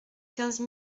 quinze